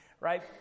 Right